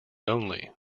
only